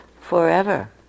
forever